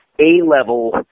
A-level